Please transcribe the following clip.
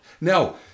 Now